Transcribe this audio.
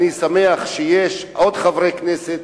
אני שמח שיש עוד חברי כנסת,